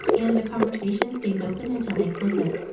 and the conversation stays open until they close it.